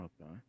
Okay